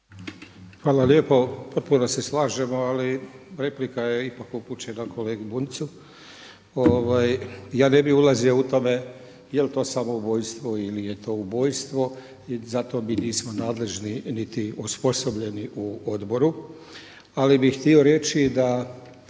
Hvala lijepa. Potpuno se slažemo ali replika je ipak upućena kolegi Bunjcu. Ja ne bih ulazio u tome jel to samoubojstvo ili je to ubojstvo i zato mi nismo nadležni niti osposobljeni u odboru, ali bi htio reći da